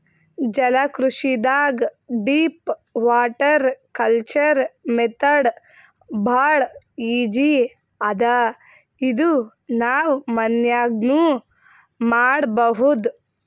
ಜಲಕೃಷಿದಾಗ್ deep water culture method ಭಾಳ್ easy ಅದಾ ಇದು ನಾವ್ ಮನ್ಯಾಗ್ನೂ ಮಾಡಬಹುದ್